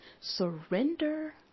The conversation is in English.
Surrender